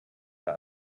der